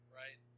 right